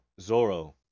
Zoro